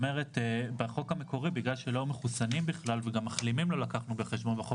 בחוק המקורי בגלל שלא לקחנו מחוסנים ומחלימים בחשבון,